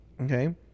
Okay